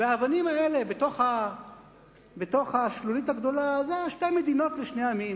והאבנים האלה בתוך השלולית הגדולה הן שתי המדינות לשני העמים.